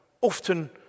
often